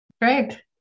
Great